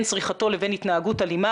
בין צריכתו לבין התנהגות אלימה,